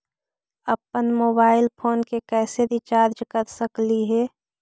अप्पन mobile phone के कैसे रिचार्ज कर सकली हे?